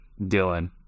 Dylan